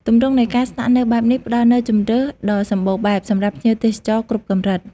ទម្រង់នៃការស្នាក់នៅបែបនេះផ្តល់នូវ ជម្រើសដ៏សម្បូរបែប សម្រាប់ភ្ញៀវទេសចរគ្រប់កម្រិត។